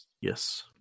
Yes